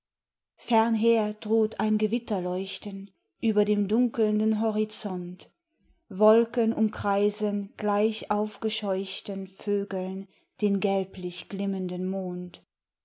fernher droht ein gewitterleuchten über dem dunkelnden horizont wolken umkreisen gleich aufgescheuchten vögeln den gelblich glimmenden mond